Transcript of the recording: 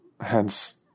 hence